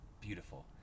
beautiful